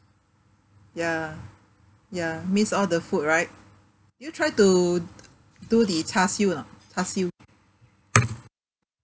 ya ya miss all the food right did you try to do the char siew or not char siew